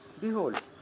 behold